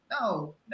no